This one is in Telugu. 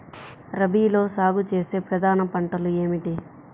రబీలో సాగు చేసే ప్రధాన పంటలు ఏమిటి?